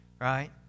right